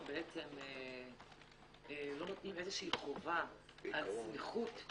לא נותנים איזו שהיא חובה על סמיכות,